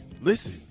listen